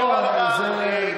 לא הייתי מוכן לזה.